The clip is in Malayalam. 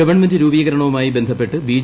ഗവൺമെന്റ്രൂപീകരണവുമായി ബന്ധപ്പെട്ട് ബി